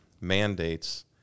mandates